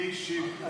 אני אשיב.